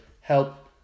help